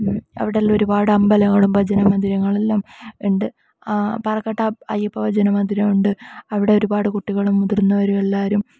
അവിടെയെല്ലാം ഒരുപാട് അമ്പലങ്ങളും ഭജന മന്ദിരങ്ങളെല്ലാം ഉണ്ട് പാറക്കാട്ടാ അയ്യപ്പ ഭജന മന്ദിരം ഉണ്ട് അവിടെ ഒരുപാട് കുട്ടികളും മുതിർന്നവരും എല്ലാവരും